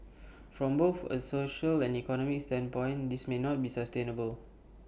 from both A social and economic standpoint this may not be sustainable